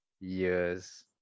years